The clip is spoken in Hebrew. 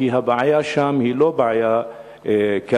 כי הבעיה שם היא לא בעיה קלה,